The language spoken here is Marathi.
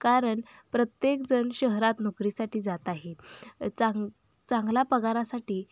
कारण प्रत्येकजण शहरात नोकरीसाठी जात आहे चांग चांगला पगारासाठी